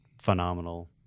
phenomenal